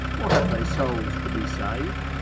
or have they souls to be saved?